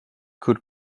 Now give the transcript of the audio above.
could